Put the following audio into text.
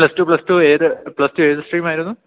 plus two plus two plus two ഏത് stream ആയിരുന്നു